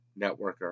networker